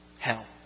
Hell